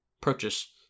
purchase